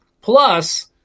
Plus